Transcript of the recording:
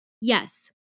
yes